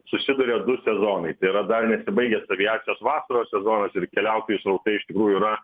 susiduria du sezonai tai yra dar nesibaigęs aviacijos vasaros sezonas ir keliautojų srautai iš tikrųjų yra